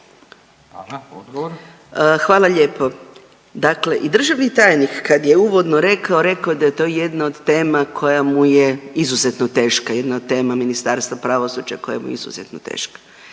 Anka (GLAS)** Hvala lijepo. Dakle i državni tajnik kad je uvodno rekao, rekao je da je to jedna od tema koja mu je izuzetno teška, jedna tema Ministarstva pravosuđa koja je izuzetno teška